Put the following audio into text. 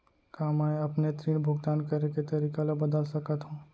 का मैं अपने ऋण भुगतान करे के तारीक ल बदल सकत हो?